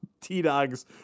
T-Dog's